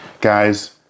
Guys